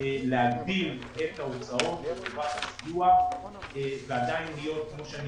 להגדיל את ההוצאות ועדיין להיות כמו שאני